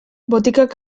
botikak